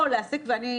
או להסיק שלא